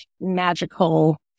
magical